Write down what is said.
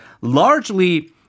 largely